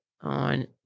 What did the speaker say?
on